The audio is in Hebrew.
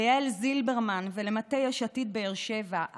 ליעל זילברמן ולמטה יש עתיד באר שבע,